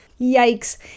Yikes